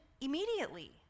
immediately